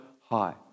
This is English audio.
high